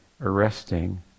arresting